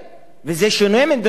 וזה שונה ממדינות אחרות.